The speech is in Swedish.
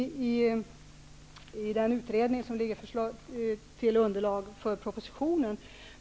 Utredningen ligger till grund för propositionen.